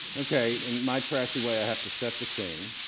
okay. in my trashy way i have to set the scene,